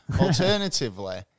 Alternatively